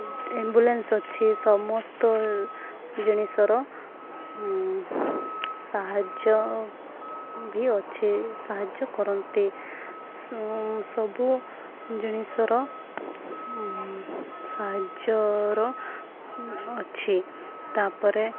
ambulance ଅଛି ସମସ୍ତ ଜିନିଷର ସାହାଯ୍ୟ ବି ଅଛି ସାହାଯ୍ୟ କରନ୍ତି ସବୁ ଜିନିଷର ସାହାଯ୍ୟର ଅଛି ତାପରେ